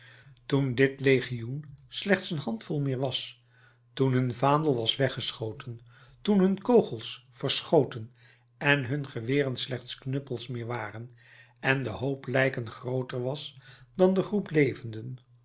toen dit legioen slechts een handvol meer was toen hun vaandel was weggeschoten toen hun kogels verschoten en hun geweren slechts knuppels meer waren en de hoop lijken grooter was dan de groep levenden